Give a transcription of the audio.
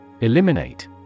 Eliminate